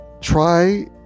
try